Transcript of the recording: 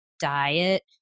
diet